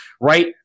right